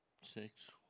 six